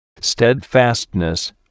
steadfastness